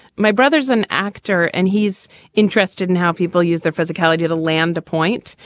my brother's an actor and he's interested in how people use their physicality to land a point.